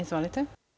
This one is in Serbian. Izvolite.